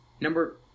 Number